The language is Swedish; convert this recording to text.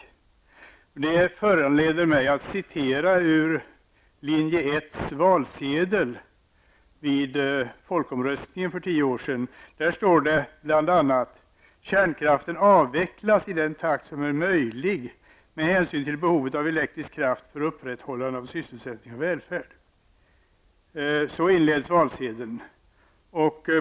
Det föranleder mig att citera ur linje 1:s valsedel vid folkomröstningen för tio år sedan. Där står det bl.a.: ''Kärnkraften avvecklas i den takt som är möjlig med hänsyn till behovet av elektrisk kraft för upprätthållande av sysselsättning och välfärd.'' Så inleds valsedeln.